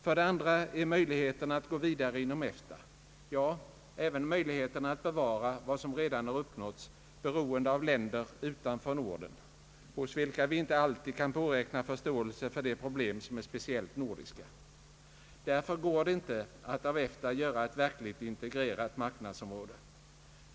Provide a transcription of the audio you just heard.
För det andra är möjligheterna att gå vidare inom EFTA — ja, även möjligheterna att bevara vad som redan har uppnåtts — beroende av länder utanför Norden, hos vilka vi inte alltid kan påräkna förståelse för de problem som är speciellt nordiska. Därför går det inte att av EFTA göra ett verkligt integrerat marknadsområde.